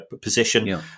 position